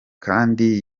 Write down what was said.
kandi